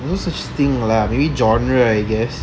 no such thing lah maybe genre I guess